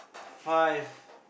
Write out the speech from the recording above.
five